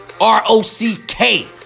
R-O-C-K